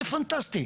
זה פנטסטי.